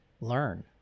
learn